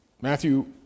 Matthew